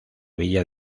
villa